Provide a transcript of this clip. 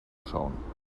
schauen